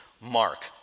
Mark